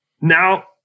Now